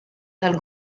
għall